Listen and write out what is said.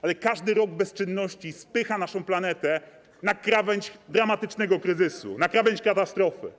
Ale każdy rok bezczynności spycha naszą planetę na krawędź dramatycznego kryzysu, na krawędź katastrofy.